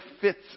fits